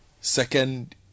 Second